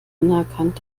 anerkannt